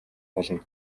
болно